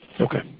Okay